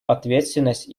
ответственность